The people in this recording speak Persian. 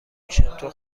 میشم، تو